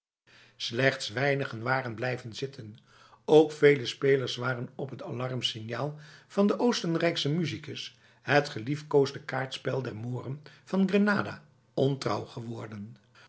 slechts weinigen waren blijven zitten ook vele spelers waren op het alarmsignaal van de oostenrijkse musicus het geliefkoosde kaartspel der moren van grenada ontrouw geworden